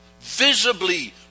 visibly